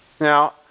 Now